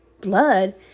blood